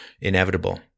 inevitable